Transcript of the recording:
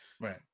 Right